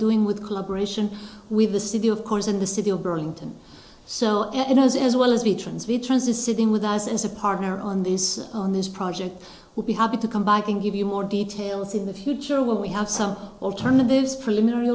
doing with collaboration with the city of course in the city of burlington so and as as well as the trans we transit sitting with us as a partner on this on this project will be happy to come back and give you more details in the future when we have some alternatives preliminary